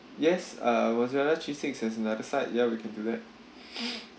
yes uh mozzarella cheese stick is an another side ya we can do that